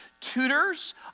tutors